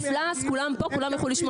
נפלא, אז כולם פה, כולם יוכלו לשמוע.